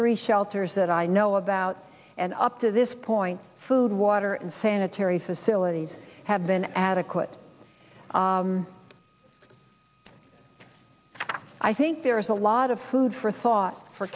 three shelters that i know about and up to this point food water and sanitary facilities have been adequate i think there is a lot of food for thought for